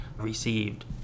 received